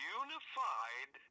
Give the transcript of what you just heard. unified